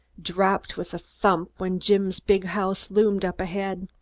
dropped with a slump when jim's big house loomed up ahead.